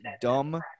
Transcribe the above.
dumb